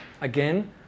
Again